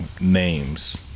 names